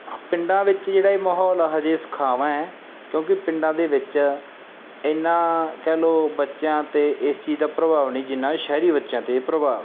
ਪਿੰਡਾਂ ਵਿੱਚ ਜਿਹੜਾ ਇਹ ਮਾਹੌਲ ਆ ਹਜੇ ਸੁਖਾਵਾਂ ਹੈ ਕਿਉਂਕਿ ਪਿੰਡਾਂ ਦੇ ਵਿੱਚ ਇੰਨਾ ਕਹਿ ਲਓ ਬੱਚਿਆਂ 'ਤੇ ਇਸ ਚੀਜ਼ ਦਾ ਪ੍ਰਭਾਵ ਨਹੀਂ ਜਿੰਨਾ ਸ਼ਹਿਰੀ ਬੱਚਿਆਂ 'ਤੇ ਪ੍ਰਭਾਵ ਹੈ